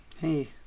Hey